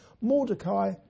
Mordecai